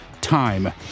time